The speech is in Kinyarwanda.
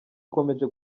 akomeje